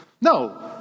No